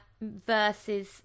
versus